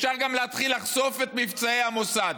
אפשר גם להתחיל לחשוף את מבצעי המוסד.